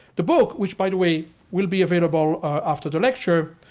the book, which by the way will be available after the lecture,